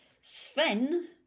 Sven